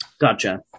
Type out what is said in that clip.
Gotcha